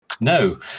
no